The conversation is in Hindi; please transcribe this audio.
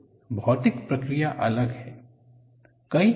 तो भौतिक प्रक्रिया अलग है